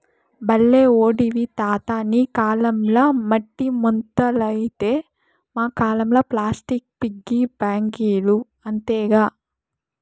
బల్లే ఓడివి తాతా నీ కాలంల మట్టి ముంతలైతే మా కాలంల ప్లాస్టిక్ పిగ్గీ బాంకీలు అంతేగా